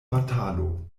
batalo